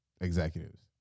executives